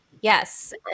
Yes